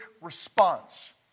response